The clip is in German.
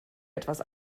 etwas